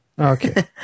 Okay